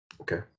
Okay